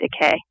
decay